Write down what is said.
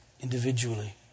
Individually